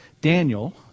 Daniel